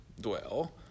dwell